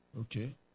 okay